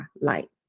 light